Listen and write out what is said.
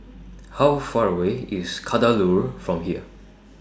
How Far away IS Kadaloor from here